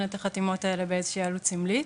את החתימות האלה באיזושהי עלות סמלית,